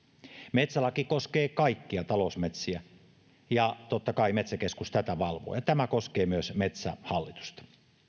metsälaki koskee kaikkia talousmetsiä ja totta kai metsäkeskus tätä valvoo ja tämä koskee myös metsähallitusta